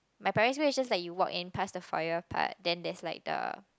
my primary school is just like you walk in pass the foyer part then there's the